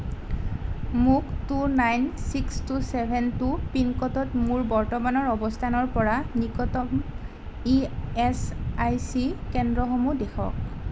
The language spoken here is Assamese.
মোক two nine six two seven two পিনক'ডত মোৰ বৰ্তমানৰ অৱস্থানৰ পৰা নিকটতম ই এচ আই চি কেন্দ্ৰসমূহ দেখুৱাওক